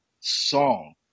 song